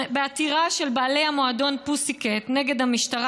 בעתירה של בעלי המועדון "פוסיקט" נגד המשטרה,